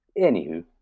anywho